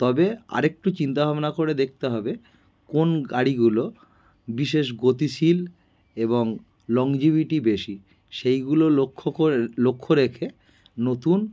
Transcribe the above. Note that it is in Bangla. তবে আর একটু চিন্তা ভাবনা করে দেখতে হবে কোন গাড়িগুলো বিশেষ গতিশীল এবং লংজিভিটি বেশি সেইগুলো লক্ষ্য কোর লক্ষ্য রেখে নতুন